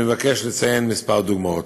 אני מבקש לציין כמה דוגמאות.